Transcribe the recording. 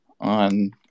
on